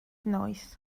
noise